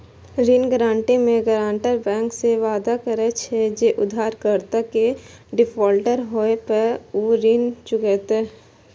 ऋण गारंटी मे guarantor bank सं वादा करे छै, जे उधारकर्ता के डिफॉल्टर होय पर ऊ ऋण चुकेतै